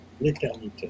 l'éternité